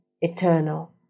eternal